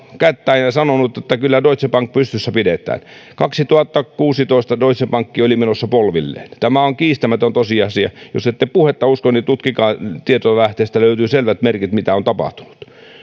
kättään ja sanonut että kyllä deutsche bank pystyssä pidetään kaksituhattakuusitoista deutsche bank oli menossa polvilleen tämä on kiistämätön tosiasia jos ette puhetta usko niin tutkikaa tietolähteistä löytyy selvät merkit mitä on tapahtunut